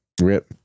rip